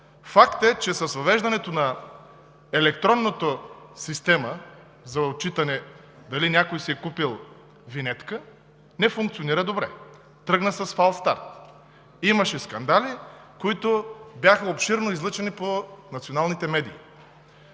Факт е, че с въвеждането на електронната система за отчитане дали някой си е купил винетка, не функционира добре, тръгна с фал старт. Имаше скандали, които бяха обширно излъчени по националните медии.